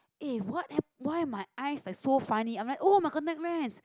eh what hap~ why my eyes like so funny I'm like oh my contact lens